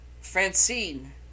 Francine